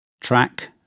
Track